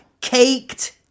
caked